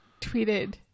tweeted